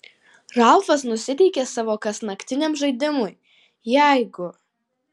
ralfas nusiteikė savo kasnaktiniam žaidimui jeigu